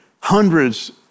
hundreds